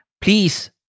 please